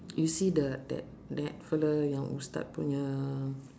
you see the that that fellow yang ustaz punya